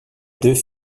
deux